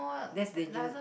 that's dangerous